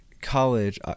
college